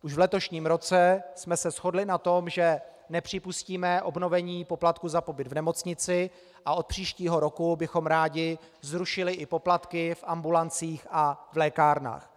Už v letošním roce jsme se shodli na tom, že nepřipustíme obnovení poplatku za pobyt v nemocnici, a od příštího roku bychom rádi zrušili i poplatky v ambulancích a v lékárnách.